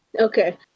Okay